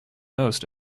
most